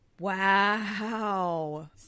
Wow